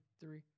three